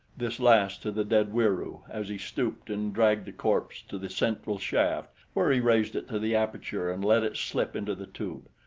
this last to the dead wieroo as he stooped and dragged the corpse to the central shaft, where he raised it to the aperture and let it slip into the tube.